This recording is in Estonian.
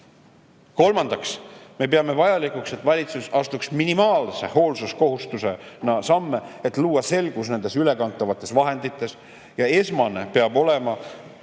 Kolmandaks, me peame vajalikuks, et valitsus astuks minimaalse hoolsuskohustusena samme, et luua selgus ülekantavates vahendites. Esmane peab olema